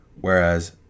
whereas